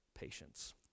patience